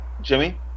Jimmy